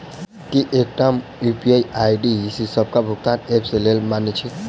की एकटा UPI ID D सबटा भुगतान ऐप केँ लेल मान्य अछि?